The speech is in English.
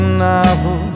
novel